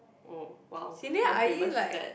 oh !wow! okay what is that